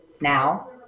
now